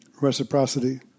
reciprocity